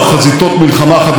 אני מבקש לחדד,